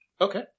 Okay